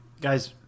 guys